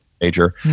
major